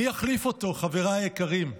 מי החליף אותו, חבריי היקרים?